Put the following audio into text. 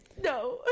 no